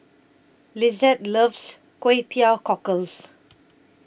Lizeth loves Kway Teow Cockles